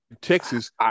Texas